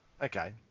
Okay